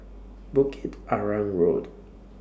Bukit Arang Road